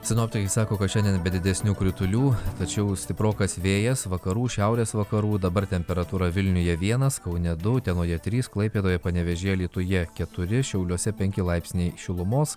sinoptikai sako kad šiandien be didesnių kritulių tačiau stiprokas vėjas vakarų šiaurės vakarų dabar temperatūra vilniuje vienas kaune du utenoje trys klaipėdoje panevėžyje alytuje keturi šiauliuose penki laipsniai šilumos